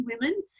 women